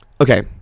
Okay